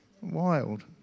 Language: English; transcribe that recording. Wild